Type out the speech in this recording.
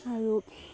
আৰু